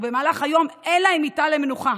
ובמהלך היום אין להם מיטה למנוחה.